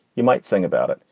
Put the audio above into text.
you might sing about it.